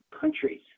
countries